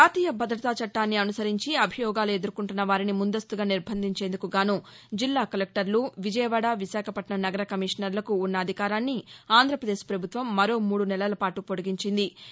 జాతీయ భద్రదత చట్టాన్ని అనునరించి అభియోగాలు ఎదుర్కొంటున్న వారిని ముందస్తుగా నిర్బంధించేందుకుగాను జిల్లా కలెక్టర్లు విజయవాడ విశాఖపట్నం నగర కమిషనర్లకు ఉన్న అధికారాన్ని ఆంధ్రప్రదేశ్ ప్రభుత్వం మరో మూడు నెలలపాటు పొడిగించింది